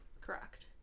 Correct